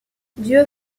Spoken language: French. dieu